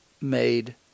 made